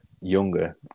younger